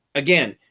again,